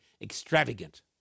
extravagant